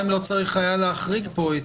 אבל השאלה אם לא צריך היה להחריג פה.